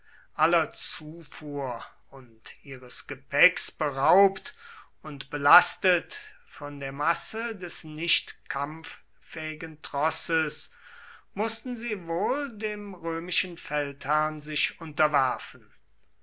aller zufuhr und ihres gepäcks beraubt und belastet von der masse des nicht kampffähigen trosses mußten sie wohl dem römischen feldherrn sich unterwerfen